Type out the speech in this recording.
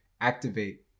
activate